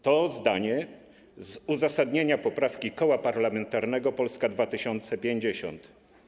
To zdanie z uzasadnienia poprawki Koła Parlamentarnego Polska 2050.